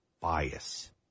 bias